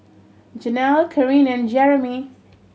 Jenelle Karyn and Jeremey